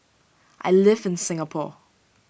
I live in Singapore